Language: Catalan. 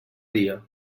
dia